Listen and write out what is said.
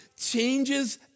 changes